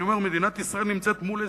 אני אומר שמדינת ישראל נמצאת מול אזרחיה,